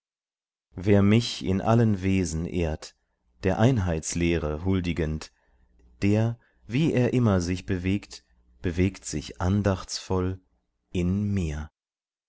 wer mich in allen wesen ehrt der einheitslehre huldigend der wie er immer sich bewegt bewegt sich andachtsvoll in mir